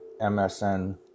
MSN